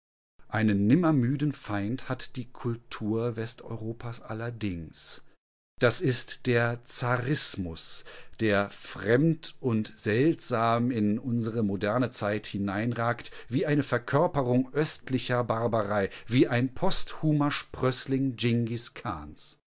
einen nimmermüden feind hat die kultur westeuropas allerdings das ist der zarismus der fremd und seltsam in unsere moderne zeit hineinragt wie eine verkörperung östlicher barbarei wie ein posthumer sprößling dschingis